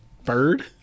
bird